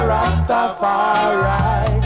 Rastafari